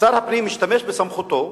שר הפנים השתמש בסמכותו,